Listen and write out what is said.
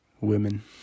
women